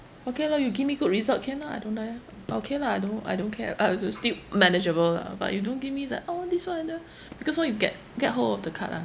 okay lor you give me good result can lah don't die ah but okay lah I know I don't care ah I will still manageable lah but you don't give me that oh this one other because when you get get hold of the card ah